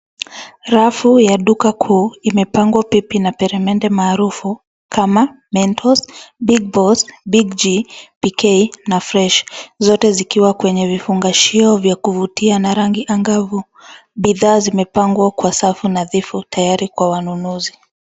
Rafu ya duka kuu imepangwa pipi na peremende maarufu kama Mentos, Big Boss, Big G, PK na Fresh. Zote zikiwa kwenye vifungashio vya kuvutia na rangi angavu. Bidhaa zimepangwa kwa safu nadhifu tayari kwa wanunuzi.